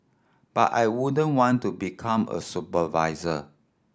but I wouldn't want to become a supervisor